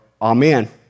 Amen